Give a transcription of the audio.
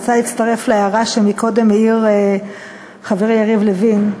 אני רוצה להצטרף להערה שהעיר קודם חברי יריב לוין.